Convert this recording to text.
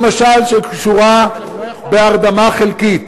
למשל שקשורה בהרדמה חלקית